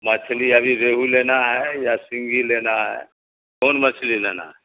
مچھلی ابھی ریہو لینا ہے یا سنھگی لینا ہے کون مچھلی لینا ہے